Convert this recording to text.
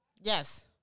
Yes